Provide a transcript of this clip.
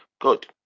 good